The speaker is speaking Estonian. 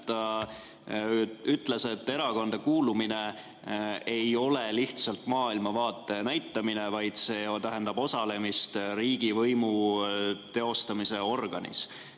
ta ütles, et erakonda kuulumine ei ole lihtsalt maailmavaate näitamine, vaid see tähendab osalemist riigivõimu teostamise organis.